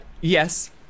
Yes